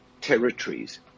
territories